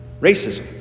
Racism